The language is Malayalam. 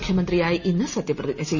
മുഖ്യമന്ത്രിയായി ഇന്ന് സ്ഥത്യപ്രതിജ്ഞ ചെയ്യും